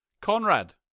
Conrad